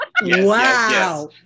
Wow